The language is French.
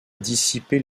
dissiper